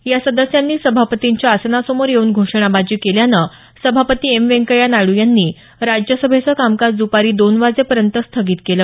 या सदस्यांनी सभापतींच्या आसनासमोर येऊन घोषणाबाजी केल्यानं सभापती एम व्यंकय्या नायड्र यांनी राज्यसभेचं कामकाज दपारी दोन वाजेपर्यंत स्थगित केलं